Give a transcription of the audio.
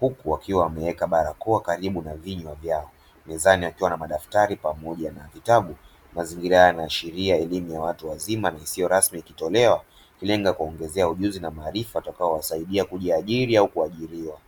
huku wakiwa wameweka barakao karibu na vinywa vyao mezani wakiwa na madaftari pamoja na vitabu, mazingira haya yanaashiria elimu ya watu wazima na isiyo rasmi ikitolewa lengo kuongezea ujuzi na maarifa utakao wasaidia kujiajiri au kuajiriwa.